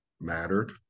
mattered